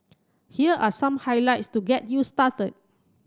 here are some highlights to get you started